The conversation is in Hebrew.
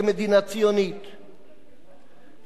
ולכן, חברי הכנסת,